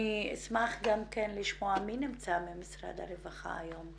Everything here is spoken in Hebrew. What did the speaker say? אני אשמח גם לשמוע, מי נמצא ממשרד הרווחה היום?